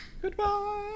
Goodbye